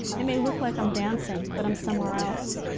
it may look like i'm dancing, but i'm somewhere else.